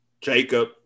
Jacob